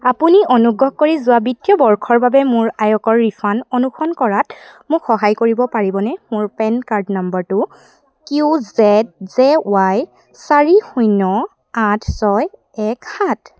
আপুনি অনুগ্ৰহ কৰি যোৱা বিত্তীয় বৰ্ষৰ বাবে মোৰ আয়কৰ ৰিফাণ্ড অনুসৰণ কৰাত মোক সহায় কৰিব পাৰিবনে মোৰ পেন কাৰ্ড নম্বৰটো কিউ জেদ জে ৱাই চাৰি শূন্য আঠ ছয় এক সাত